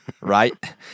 Right